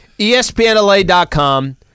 ESPNLA.com